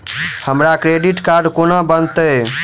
हमरा credit card कोना बनतै?